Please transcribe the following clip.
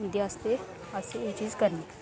ते उं'दे आस्तै एह् चीज करनी